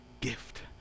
gift